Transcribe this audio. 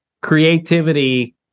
creativity